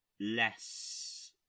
less